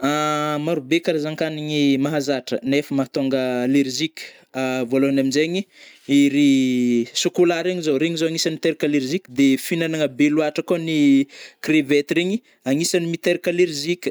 Maro be karazan-kanigny mahazatra nefa mahatônga allérgique, vôlohany amizegny, iry chocolat regny zao, regny zao agnisany miteraka alérgique, de fihinagnana be loatra kôa ny crevette regny agnisany miteraka allérgique.